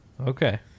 Okay